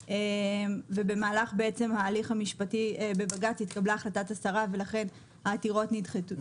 ובמהלך ההליך המשפטי בבג"ץ התקבלה החלטת השרה ולכן העתירות נדחו.